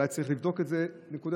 אולי צריך לבדוק את זה נקודתית,